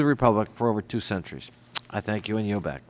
the republic for over two centuries i thank you and yield back